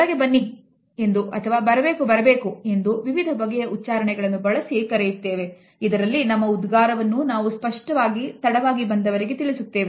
ಒಳಗೆ ಬನ್ನಿ ಎಂದು ಅಥವಾ ಬರಬೇಕು ಬರಬೇಕು ಎಂದು ವಿವಿಧ ಬಗೆಯ ಉಚ್ಚಾರಣೆಗಳನ್ನು ಬಳಸಿ ಕರೆಯುತ್ತೇವೆ